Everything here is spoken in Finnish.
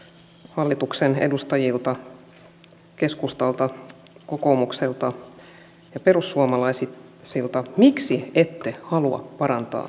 hallituksen edustajilta keskustalta kokoomukselta ja perussuomalaisilta miksi ette halua parantaa